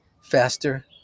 faster